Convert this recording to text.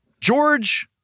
George